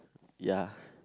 ya